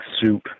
soup